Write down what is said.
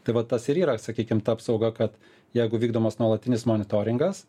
tai va tas ir yra sakykim ta apsauga kad jeigu vykdomas nuolatinis monitoringas